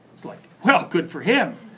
like well, good for him,